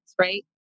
right